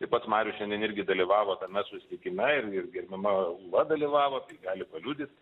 tai pats marius šiandien irgi dalyvavo tame susitikime ir ir gerbiama ūla dalyvavo tai gali paliudyt